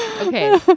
okay